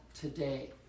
today